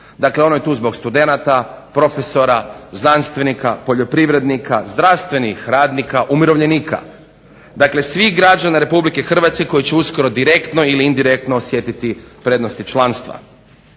Dakle, ono je tu zbog studenata, profesora, znanstvenika, poljoprivrednika, zdravstvenih radnika, umirovljenika. Dakle, svih građana RH koji će uskoro direktno ili indirektno osjetiti prednosti članstva.